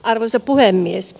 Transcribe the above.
arvoisa puhemies